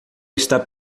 está